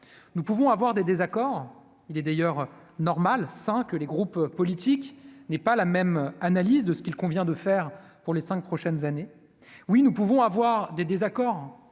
nous pouvons avoir des désaccords, il est d'ailleurs normal sain que les groupes politiques n'est pas la même analyse de ce qu'il convient de faire pour les 5 prochaines années, oui, nous pouvons avoir des désaccords